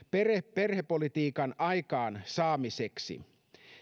perhepolitiikan aikaansaamiseksi